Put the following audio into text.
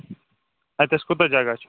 اَتتھس کوتاہ جگہ چھُ